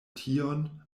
tion